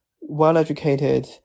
well-educated